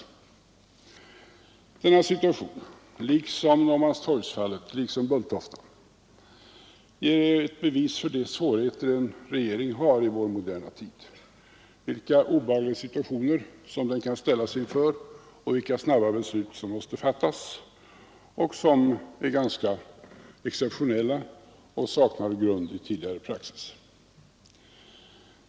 Denna situation, liksom Norrmalmstorgsoch Bulltoftafallen, är bevis för de svårigheter en regering har i vår moderna tid — vilka obehagliga avgöranden den kan ställas inför och vilka snabba beslut som måste fattas i ganska exceptionella lägen, där man saknar stöd i tidigare praxis.